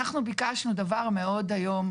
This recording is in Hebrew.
אנחנו ביקשנו דבר מאוד איום,